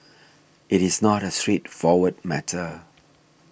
it is not a straightforward matter